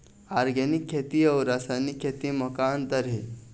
Organic खेती अउ रासायनिक खेती म का अंतर हे?